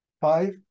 Five